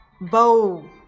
Bow